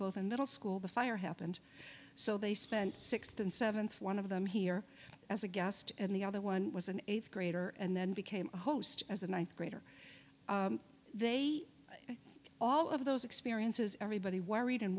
both in middle school the fire happened so they spent sixth and seventh one of them here as a guest and the other one was an eighth grader and then became host as and i grade or they all of those experiences everybody worried and